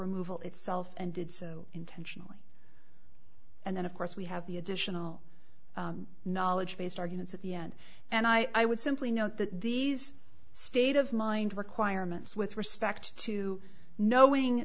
removal itself and did so intentionally and then of course we have the additional knowledge based arguments at the end and i would simply note that these state of mind requirements with respect to knowing